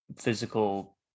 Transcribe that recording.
physical